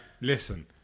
listen